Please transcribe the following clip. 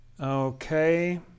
Okay